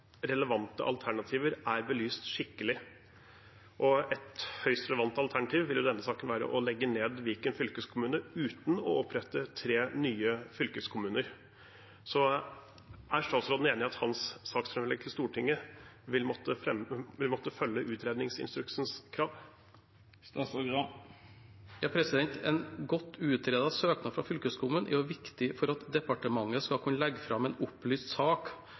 relevante alternativer er belyst skikkelig. Et høyst relevant alternativ ville i denne saken være å legge ned Viken fylkeskommune uten å opprette tre nye fylkeskommuner. Er statsråden enig i at hans saksframlegg til Stortinget vil måtte følge utredningsinstruksens krav? En godt utredet søknad fra fylkeskommunen er viktig for at departementet skal kunne legge fram en opplyst sak